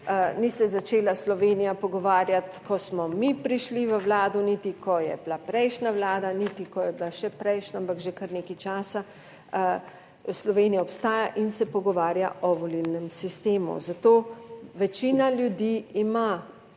Ni se začela Slovenija pogovarjati, ko smo mi prišli v vlado, niti, ko je bila prejšnja vlada, niti ko je bila še prejšnja, ampak že kar nekaj časa. Slovenija obstaja in se pogovarja o volilnem sistemu, zato večina ljudi ima